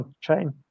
chain